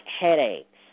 headaches